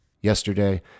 Yesterday